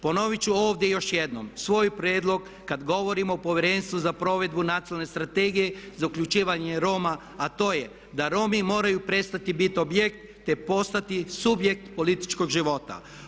Ponovit ću ovdje još jednom svoj prijedlog kad govorim o Povjerenstvu za provedbu Nacionalne strategije za uključivanje Roma a to je da Romi moraju prestati biti objekt te postati subjekt političkog života.